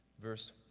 verse